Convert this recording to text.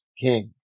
king